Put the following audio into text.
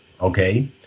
Okay